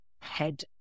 head